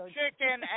Chicken